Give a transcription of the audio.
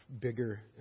bigger